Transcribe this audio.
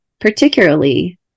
particularly